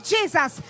Jesus